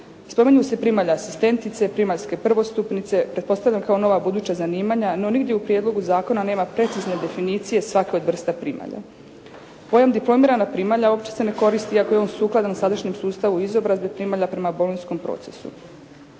Spominju se primalje asistentice, primaljske prvostupnice, pretpostavljam kao nova buduća zanimanja no nigdje u Prijedlogu zakona nema precizne definicije svake od vrste primalja. Pojam diplomirana primalja uopće se ne koristi iako je on sukladan sadašnjem sustavu izobrazbe primalja prema bolonjskom procesu.